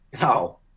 No